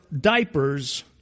diapers